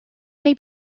may